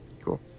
Cool